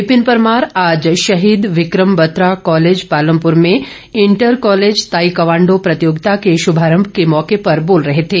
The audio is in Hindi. विपिन परमार आज शहीद विक्रम बत्तरा कॉलेज पालमपुर में मध्यप्रदेश इंटर कॉलेज ताईक्वांडो प्रतियोगिता के शभारंभ के मौके पर बोल रहे थे